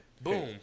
boom